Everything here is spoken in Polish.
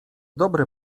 dobre